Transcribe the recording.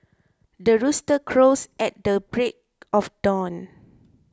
the rooster crows at the break of dawn